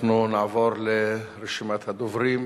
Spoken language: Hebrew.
אנחנו נעבור לרשימת הדוברים.